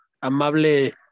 amable